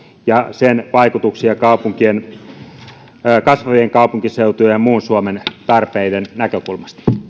ja sen vaikutuksia kasvavien kaupunkiseutujen ja muun suomen tarpeiden näkökulmasta